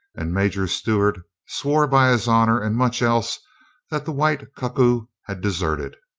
and major stewart swore by his honor and much else that the white cuckoo had de serted.